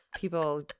People